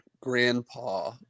grandpa